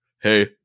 Hey